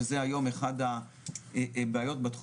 שזה היום אחת הבעיות בתחום.